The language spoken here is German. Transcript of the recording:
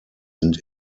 sind